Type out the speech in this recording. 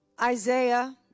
Isaiah